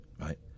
right